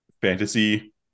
fantasy